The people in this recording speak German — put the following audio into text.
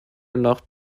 nach